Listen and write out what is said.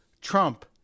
Trump